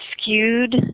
skewed